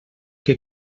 que